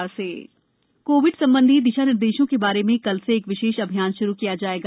Covid अभियान covid संबंधी दिशा निर्देशों के बारे में कल से एक विशेष अभियान श्रू किया जाएगा